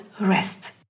rest